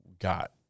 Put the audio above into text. got